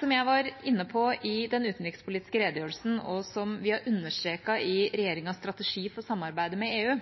Som jeg var inne på i den utenrikspolitiske redegjørelsen, og som vi har understreket i regjeringas strategi for samarbeidet med EU: